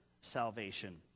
salvation